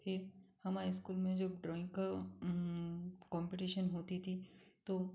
फिर हमारे स्कूल में जब ड्राइंग का कॉम्पिटिशन होती थी तो